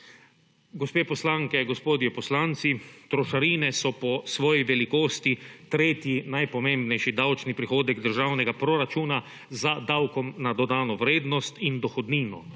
Gospe poslanke, gospodje poslanci, trošarine so po svoji velikosti tretji najpomembnejši davčni prihodek državnega proračuna, za davkom na dodano vrednost in dohodnino.